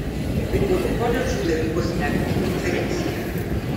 tai buvo koledžų tarybos metinė konferencija